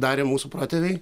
darė mūsų protėviai